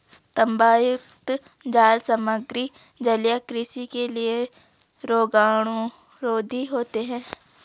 तांबायुक्त जाल सामग्री जलीय कृषि के लिए रोगाणुरोधी होते हैं